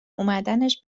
اومدنش